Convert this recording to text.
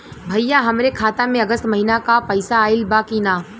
भईया हमरे खाता में अगस्त महीना क पैसा आईल बा की ना?